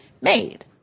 made